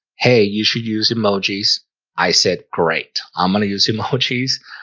hey, you should use emojis i said great. i'm gonna use emojis.